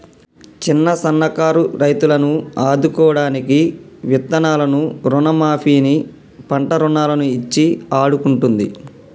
చిన్న సన్న కారు రైతులను ఆదుకోడానికి విత్తనాలను రుణ మాఫీ ని, పంట రుణాలను ఇచ్చి ఆడుకుంటుంది